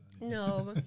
No